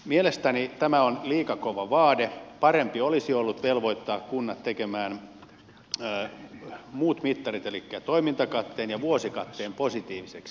mielestäni tämä on liika kova vaade parempi olisi ollut velvoittaa kunnat tekemään muut mittarit elikkä toimintakatteen ja vuosikatteen positiivisiksi